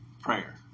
prayer